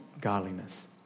godliness